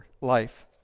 life